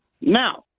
Now